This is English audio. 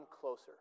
closer